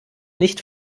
nicht